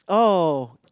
oh